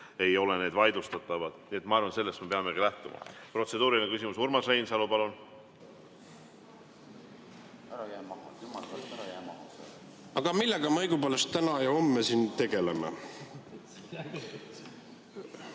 ei ole need vaidlustatavad. Nii et ma arvan, et sellest me peamegi lähtuma. Protseduuriline küsimus, Urmas Reinsalu, palun! Aga millega me õigupoolest täna ja homme siin tegeleme?